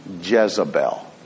Jezebel